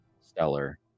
stellar